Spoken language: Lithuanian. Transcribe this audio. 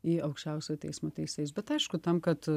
į aukščiausiojo teismo teisėjus bet aišku tam kad